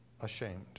ashamed